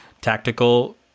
tactical